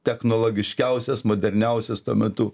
technologiškiausias moderniausias tuo metu